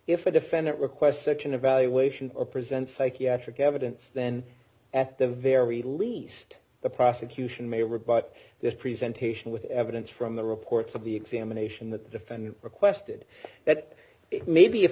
if a defendant requests such an evaluation a present psychiatric evidence then at the very least the prosecution may d rebut this present haitian with evidence from the reports of the examination that the defendant requested that maybe if